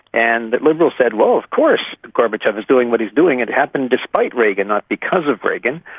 and the liberals said, well, of course gorbachev is doing what he's doing, it happened despite reagan, not because of reagan.